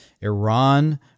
Iran